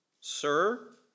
Sir